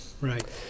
Right